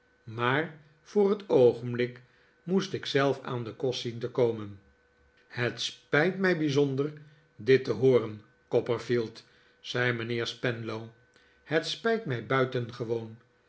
maar voor het oogenblik moest ik zelf aan den kost zien te komen het spijt mij bijzonder dit te hooren copperfield zei mijnheer spenlow het spijt mij buitengewoon